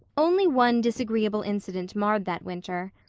only one disagreeable incident marred that winter.